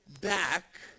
back